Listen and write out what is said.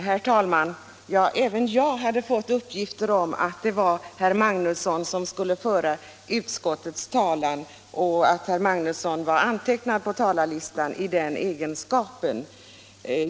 Herr talman! Även jag hade fått uppgift om att det var herr Magnusson i Nennesholm som skulle föra utskottets talan och att herr Magnusson var antecknad på talarlistan i den egenskapen.